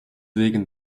wegen